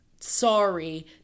sorry